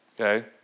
okay